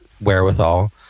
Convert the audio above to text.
wherewithal